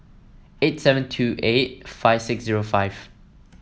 eight seven two eight five six zero five